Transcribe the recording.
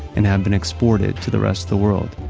and have been exported to the rest of the world.